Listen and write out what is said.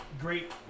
Great